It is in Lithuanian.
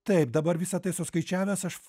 taip dabar visa tai suskaičiavęs aš